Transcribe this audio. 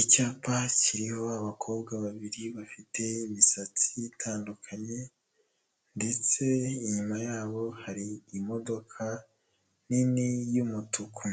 Icyapa kiriho abakobwa babiri bafite imisatsi itandukanye ndetse inyuma yabo hari imodoka nini y'umutuku,